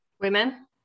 Women